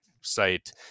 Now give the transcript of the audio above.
site